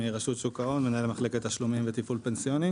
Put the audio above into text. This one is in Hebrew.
מנהל מחלקת תשלומים וטיפול פנסיוני,